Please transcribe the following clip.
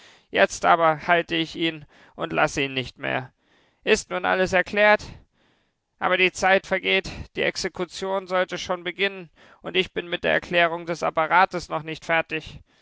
jetzt aber halte ich ihn und lasse ihn nicht mehr ist nun alles erklärt aber die zeit vergeht die exekution sollte schon beginnen und ich bin mit der erklärung des apparates noch nicht fertig